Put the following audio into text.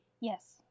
yes